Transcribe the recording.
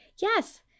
yes